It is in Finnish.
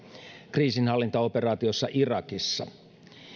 kriisinhallintaoperaatiossa irakissa